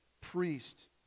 Priest